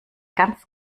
ganz